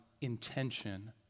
intention